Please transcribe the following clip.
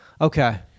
okay